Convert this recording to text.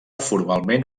formalment